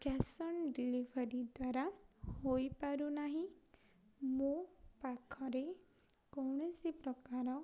cash on delivery ଦ୍ୱାରା ହୋଇପାରୁନାହିଁ ମୋ ପାଖରେ କୌଣସି ପ୍ରକାର